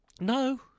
No